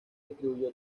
distribuyó